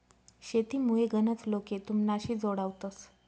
शेतीमुये गनच लोके तुमनाशी जोडावतंस